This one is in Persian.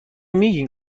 میگین